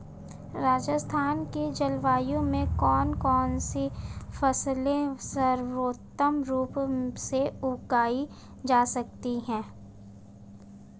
राजस्थान की जलवायु में कौन कौनसी फसलें सर्वोत्तम रूप से उगाई जा सकती हैं?